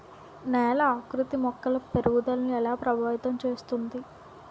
నేల ఆకృతి మొక్కల పెరుగుదలను ఎలా ప్రభావితం చేస్తుంది?